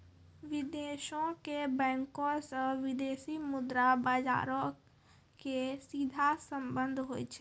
विदेशो के बैंको से विदेशी मुद्रा बजारो के सीधा संबंध होय छै